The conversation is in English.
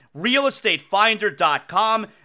realestatefinder.com